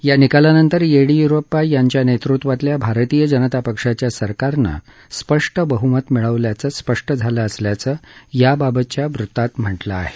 या निकालानंतर येडियूरप्पा यांच्या नेतृत्वातल्या भारतीय जनता पक्षाच्या सरकारनं स्पष्ट बहुमत मिळवल्याचं स्पष्ट झालं असल्याचं याबाबतच्या वृत्तात म्हटलं आहे